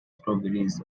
strawberries